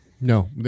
No